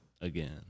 again